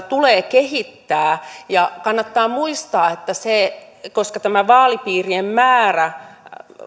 tulee kehittää kannattaa muistaa että koska tämä vaalipiirien määrä